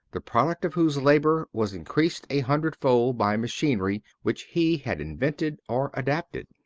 the product of whose labor was increased a hundred fold by machinery which he had invented or adapted.